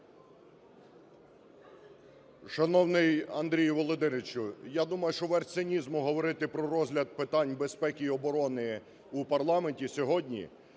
Шановний Андрій Володимирович, я думаю, що верх цинізму говорити про розгляд питань безпеки і оборони у парламенті сьогодні,